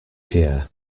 pierre